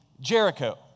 Jericho